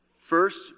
First